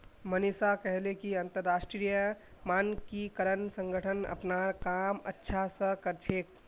मनीषा कहले कि अंतरराष्ट्रीय मानकीकरण संगठन अपनार काम अच्छा स कर छेक